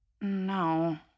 No